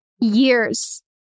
years